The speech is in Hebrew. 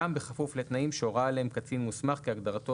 גם בכפוף לתנאים שהורה עליהם קצין מוסמך כהגדרתו